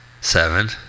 seven